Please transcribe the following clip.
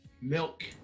milk